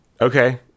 Okay